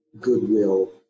goodwill